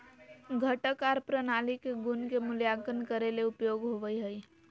घटक आर प्रणाली के गुण के मूल्यांकन करे ले उपयोग होवई हई